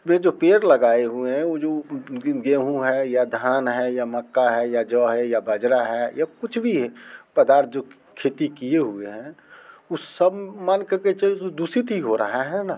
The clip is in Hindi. में जो पेड़ लगाए हुए हैं वो जो गेहूँ है या धान है या मक्का है या जौ है या बाजरा है या कुछ भी है पदार्थ जो खेती किए हुए हैं उस सब मान कर के चलिए दूषित ही हो रहा है ना